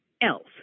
else